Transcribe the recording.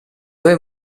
due